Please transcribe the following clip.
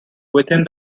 within